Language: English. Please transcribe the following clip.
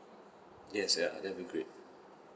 yes ya that would be great